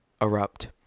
erupt